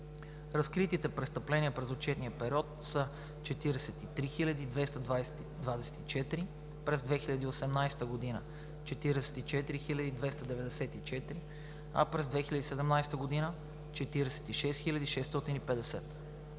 Разкритите престъпления през отчетния период са 43 224, през 2018 г. – 44 294, а през 2017 г. – 46 650.